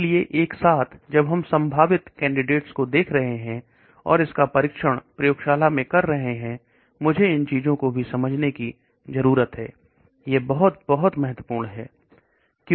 इसलिए एक साथ जब हम संभावित कैंडिडेट्स को देख रहे हैं और इसका परीक्षण प्रयोगशाला में कर रहे हैं मुझे इन चीजों को भी समझने की जरूरत है यह बहुत बहुत महत्वपूर्ण है